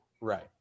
Right